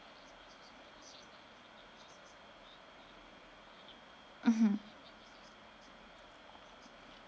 mmhmm